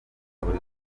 buri